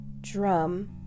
drum